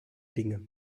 dinge